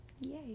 Yay